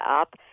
up